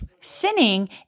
sinning